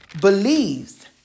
Believes